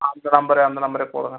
அந்த நம்பரே அந்த நம்பரே போடுங்கள்